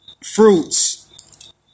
fruits